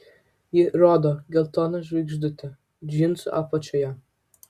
ji rodo geltoną žvaigždutę džinsų apačioje